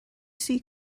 see